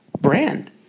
brand